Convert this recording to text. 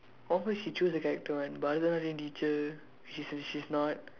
confirm she choose her character one பரதநாட்டியம்:parathanaatdiyam teacher she's s~ she's not